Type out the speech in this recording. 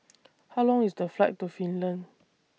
How Long IS The Flight to Finland